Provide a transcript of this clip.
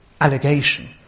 allegation